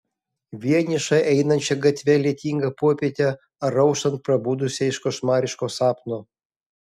vienišą einančią gatve lietingą popietę ar auštant prabudusią iš košmariško sapno